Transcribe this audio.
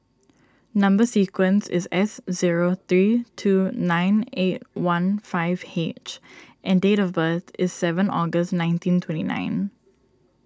Number Sequence is S zero three two nine eight one five H and date of birth is seven August nineteen twenty nine